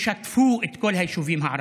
ששטפו את כל היישובים הערביים,